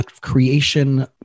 creation